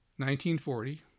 1940